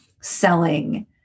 selling